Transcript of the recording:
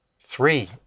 Three